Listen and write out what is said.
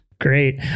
Great